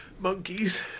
Monkeys